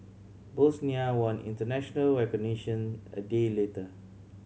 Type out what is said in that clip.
Bosnia won international recognition a day later